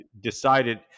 decided